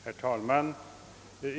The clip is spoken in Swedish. Herr talman!